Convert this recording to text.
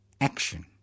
action